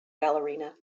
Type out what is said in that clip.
ballerina